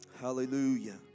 Hallelujah